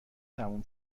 تموم